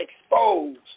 exposed